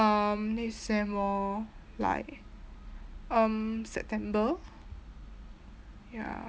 um next sem lor like um september ya